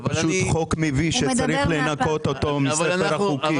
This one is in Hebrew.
זה חוק מביש שצריך לנקות אותו מספר החוקים.